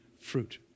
fruit